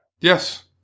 Yes